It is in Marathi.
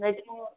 नाही तर